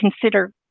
consider